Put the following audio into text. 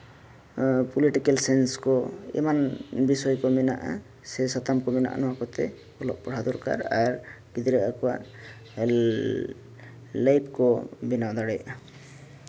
political science ᱠᱚ ᱮᱢᱟᱱ ᱵᱤᱥᱚᱭ ᱠᱚ ᱢᱮᱱᱟᱜᱼᱟ ᱥᱮ ᱥᱟᱛᱟᱢ ᱠᱚ ᱢᱮᱱᱟᱜᱼᱟ ᱱᱚᱣᱟ ᱠᱚᱛᱮ ᱚᱞᱚᱜ ᱯᱟᱲᱦᱟᱣ ᱫᱚᱨᱠᱟᱨ ᱜᱤᱫᱽᱨᱟᱹ ᱟᱠᱚᱣᱟᱜ ᱞᱟᱹᱭᱤᱯᱷ ᱠᱚ ᱵᱮᱱᱟᱣ ᱫᱟᱲᱮᱭᱟᱜᱼᱟ